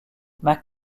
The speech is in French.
mac